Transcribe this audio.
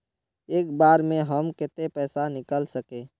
एक बार में हम केते पैसा निकल सके?